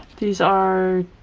these are